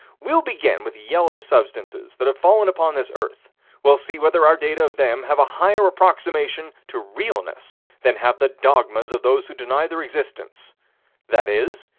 we'll begin with yellow substances that have fallen upon this earth we'll see whether our data of them have a higher approximation to realness than have the dogmas of those who deny their existence that is,